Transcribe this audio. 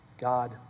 God